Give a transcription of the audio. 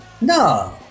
No